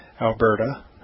Alberta